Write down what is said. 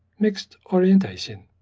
mixed orientation.